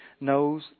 knows